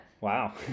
Wow